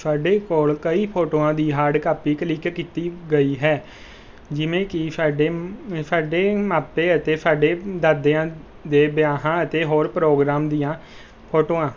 ਸਾਡੇ ਕੋਲ ਕਈ ਫੋਟੋਆਂ ਦੀ ਹਾਰਡ ਕਾਪੀ ਕਲਿੱਕ ਕੀਤੀ ਗਈ ਹੈ ਜਿਵੇਂ ਕਿ ਸਾਡੇ ਮ ਸਾਡੇ ਮਾਪੇ ਅਤੇ ਸਾਡੇ ਦਾਦਿਆਂ ਦੇ ਵਿਆਹਾਂ ਅਤੇ ਹੋਰ ਪ੍ਰੋਗਰਾਮ ਦੀਆਂ ਫੋਟੋਆਂ